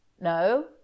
No